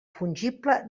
fungible